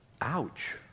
Ouch